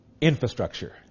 infrastructure